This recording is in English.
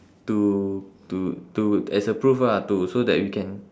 to to to as a proof lah to so that we can